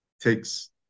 takes